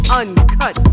uncut